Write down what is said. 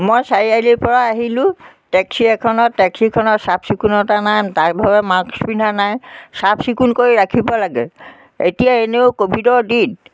মই চাৰিআলিৰপৰা আহিলোঁ টেক্সি এখনত টেক্সিখনৰ চাফচিকুনতা নাই ড্ৰাইভাৰে মাস্ক পিন্ধা নাই চাফচিকুণ কৰি ৰাখিব লাগে এতিয়া এনেও ক'ভিডৰ দিন